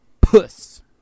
puss